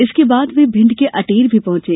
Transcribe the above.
इसके पश्चात वे भिंड के अटेर भी पहुंचे